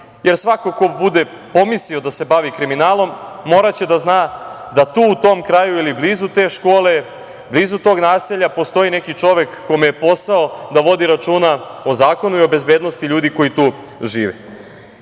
jer svako ko bude pomislio da se bavi kriminalom, moraće da zna da tu u tom kraju ili blizu te škole, blizu tog naselja postoji neki čovek kome je posao da vodi računa o zakonu i o bezbednosti ljudi koji tu žive. Kada